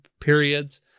periods